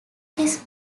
his